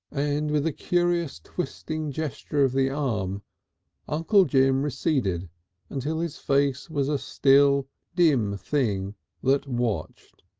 and with a curious twisting gesture of the arm uncle jim receded until his face was a still, dim thing that watched,